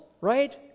right